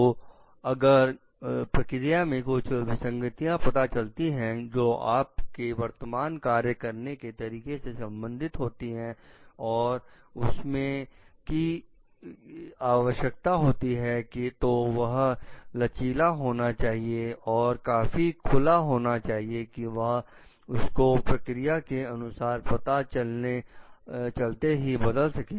तो अगर प्रक्रिया में कुछ विसंगतियां पता चलती है जोकि आप के वर्तमान कार्य करने के तरीके से संबंधित होती हैं और उसमें की आवश्यकता होती है तो वह लचीला होना चाहिए और काफी खुला होना चाहिए कि वह उसको प्रक्रिया के अनुसार पता चलते ही बदल सके